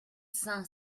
cinq